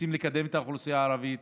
רוצים לקדם את האוכלוסייה הערבית.